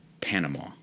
Panama